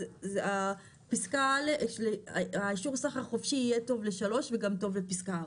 אז האישור סחר חופשי יהיה טוב ל-3 וגם טוב לפסקה 4,